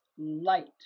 Light